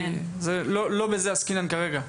לא בזה עסקינן כרגע.